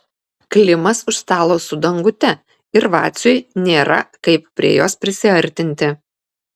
klimas už stalo su dangute ir vaciui nėra kaip prie jos prisiartinti